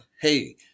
hey